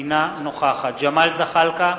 אינה נוכחת ג'מאל זחאלקה,